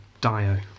Dio